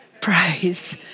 Praise